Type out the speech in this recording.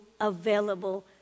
available